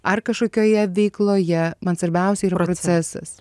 ar kažkokioje veikloje man svarbiausia yra procesas